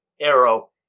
arrow